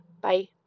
Bye